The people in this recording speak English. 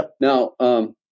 now